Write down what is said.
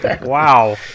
wow